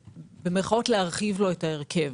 ולהרחיב לו את ההרכב.